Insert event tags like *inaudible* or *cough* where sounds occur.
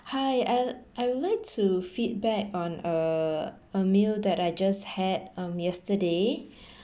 hi l I would like to feedback on a a meal that I just had um yesterday *breath*